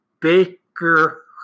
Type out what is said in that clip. Baker